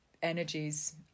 energies